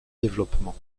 développement